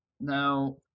Now